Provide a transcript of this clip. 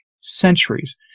centuries